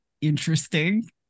interesting